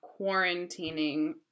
quarantining